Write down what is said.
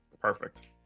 Perfect